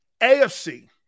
AFC